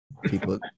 people